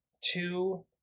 two